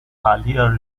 aaliyah